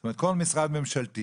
זאת אומרת כל משרד ממשלתי,